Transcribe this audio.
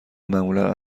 معمولا